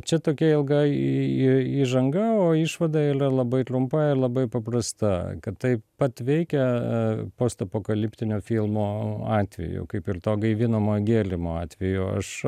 čia tokia ilga į į įžanga o išvada ylia labai tliumpa ir labai paprasta kad taip pat veikia e postapokaliptinio filmo atveju kaip ir to gaivinamo gėlimo atveju aš